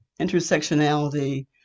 intersectionality